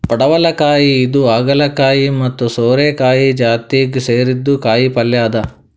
ಪಡವಲಕಾಯಿ ಇದು ಹಾಗಲಕಾಯಿ ಮತ್ತ್ ಸೋರೆಕಾಯಿ ಜಾತಿಗ್ ಸೇರಿದ್ದ್ ಕಾಯಿಪಲ್ಯ ಅದಾ